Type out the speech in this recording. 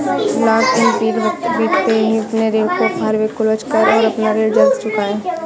lock in period बीतते ही अपने ऋण को फोरेक्लोज करे और अपना ऋण जल्द चुकाए